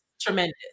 tremendous